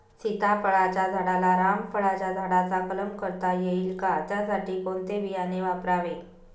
सीताफळाच्या झाडाला रामफळाच्या झाडाचा कलम करता येईल का, त्यासाठी कोणते बियाणे वापरावे?